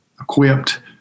equipped